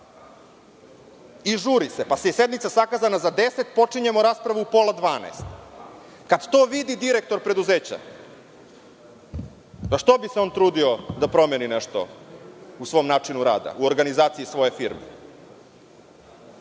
se, pa se i sednica zakazana za 10,00 počinjemo sa raspravom u 11,30. Kada to vidi direktor preduzeća, pa što bi se on trudio da promeni nešto u svom načinu rada, u organizaciji svoje firme?